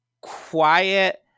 quiet